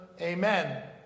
Amen